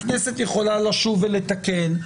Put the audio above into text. הכנסת יכולה לשוב ולתקן.